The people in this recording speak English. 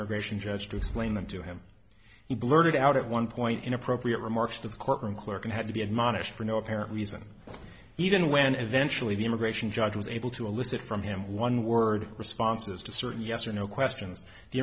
immigration judge to explain them to him he blurted out at one point inappropriate remarks to the court room clerk and had to be admonished for no apparent reason even when eventually the immigration judge was able to elicit from him one word responses to certain yes or no questions the